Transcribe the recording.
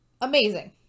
amazing